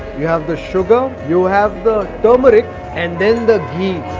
you have the sugar, you have the turmeric and then the ghee.